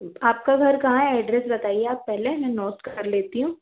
आपका घर कहाँ है एड्रेस बताइए आप पहले में नोट कर लेती हूँ